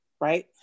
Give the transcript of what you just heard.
right